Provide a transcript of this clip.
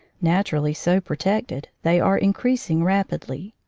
naturally, so protected, they are increasing rapidly.